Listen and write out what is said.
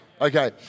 okay